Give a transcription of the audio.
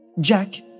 Jack